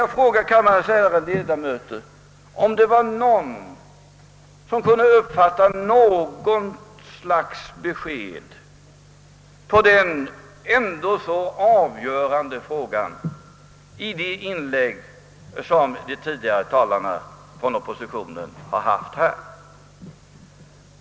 Jag frågar kammarens ärade ledamöter, om det var någon som kunde uppfatta något slags svar på denna ändå så avgörande fråga i de inlägg som talarna från oppositionen här har gjort.